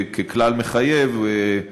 ככלל מחייב,